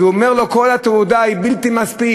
אז הוא אומר לו: כל התעודה היא בלתי מספיק,